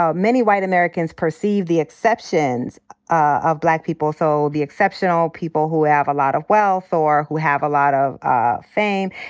ah many white americans perceive the exceptions of black people, so the exceptional people who have a lot of wealth or who have a lot of ah fame,